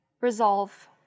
Resolve